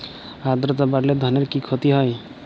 আদ্রর্তা বাড়লে ধানের কি ক্ষতি হয়?